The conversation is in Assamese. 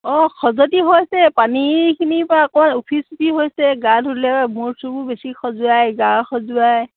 অঁ খজুৱতি হৈছে পানীখিনিৰপৰা আকৌ উফি চুফি হৈছে গা ধুলে মূৰ চুৰবোৰ বেছি খজুৱাই গা খজুৱাই